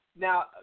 now